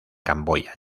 camboya